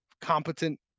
competent